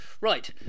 Right